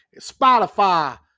Spotify